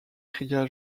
cria